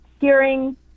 hearing